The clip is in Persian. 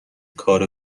کار